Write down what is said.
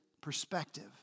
perspective